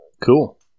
Cool